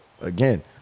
again